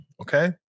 Okay